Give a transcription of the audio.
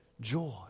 joy